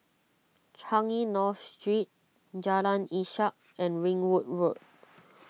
Changi North Street Jalan Ishak and Ringwood Road